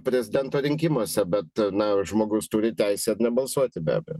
prezidento rinkimuose bet na žmogus turi teisę ir nebalsuoti be abejo